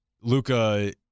luca